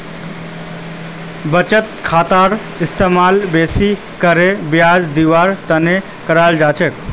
बचत खातार इस्तेमाल बेसि करे ब्याज दीवार तने कराल जा छे